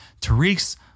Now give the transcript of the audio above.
Tariq's